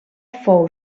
fou